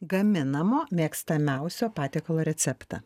gaminamo mėgstamiausio patiekalo receptą